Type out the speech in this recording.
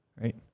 Right